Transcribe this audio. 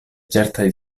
certaj